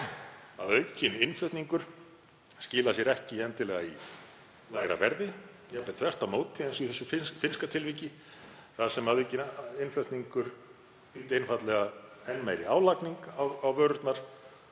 að aukinn innflutningur skilar sér ekki endilega í lægra verði, jafnvel þvert á móti, eins og í þessu finnska tilviki þar sem aukinn innflutningur þýddi einfaldlega enn meiri álagningu á vörurnar.